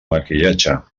maquillatge